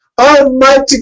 Almighty